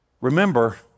remember